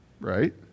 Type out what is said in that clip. Right